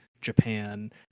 Japan